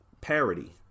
Parody